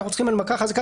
אנחנו צריכים הנמקה חזקה,